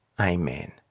Amen